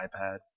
iPad